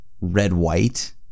red-white